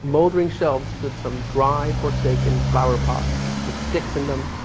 moldering shelves stood some dry forsaken flower pots with sticks in them,